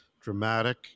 dramatic